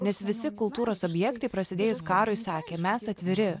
nes visi kultūros objektai prasidėjus karui sakė mes atviri